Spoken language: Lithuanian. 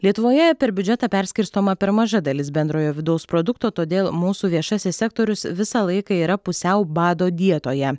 lietuvoje per biudžetą perskirstoma per maža dalis bendrojo vidaus produkto todėl mūsų viešasis sektorius visą laiką yra pusiau bado dietoje